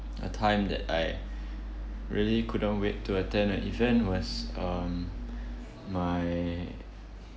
a time that I really couldn't wait to attend a event was um my